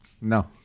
No